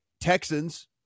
Texans